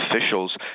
officials